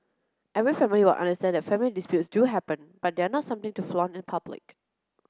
every family will understand that family disputes do happen but they are not something to flaunt in public